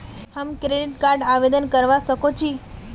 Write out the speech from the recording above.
हम credit card आवेदन करवा संकोची?